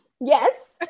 yes